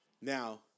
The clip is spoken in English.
Now